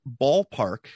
ballpark